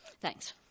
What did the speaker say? Thanks